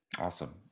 Awesome